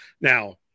Now